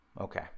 Okay